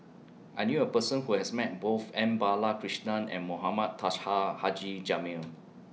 I knew A Person Who has Met Both M Balakrishnan and Mohamed Haji Jamil